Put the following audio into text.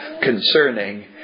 concerning